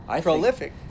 Prolific